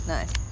Nice